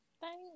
Thanks